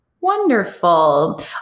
Wonderful